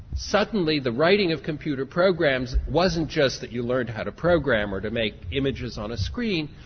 suddenly the writing of computer programs wasn't just that you learnt how to program or to make images on a screen,